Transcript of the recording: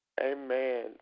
Amen